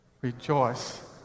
Rejoice